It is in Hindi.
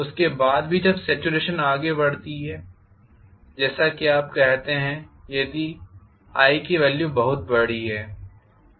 उसके बाद भी जब सॅचुरेशन आगे बढ़ती है जैसा कि आप कहते हैं कि यदि i की वेल्यू बहुत बड़ी है